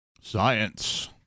Science